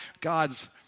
God's